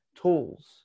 tools